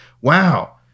wow